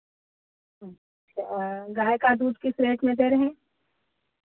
अच्छा गाय का दूध किस रेट में दे रहे हैं